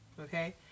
Okay